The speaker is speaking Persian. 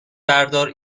بردار